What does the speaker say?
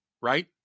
right